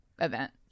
event